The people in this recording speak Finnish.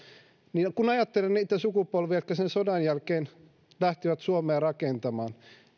kun ajattelen niitä sukupolvia jotka sen sodan jälkeen lähtivät suomea rakentamaan